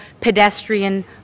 pedestrian